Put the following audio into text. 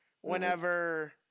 Whenever